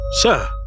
Sir